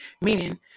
Meaning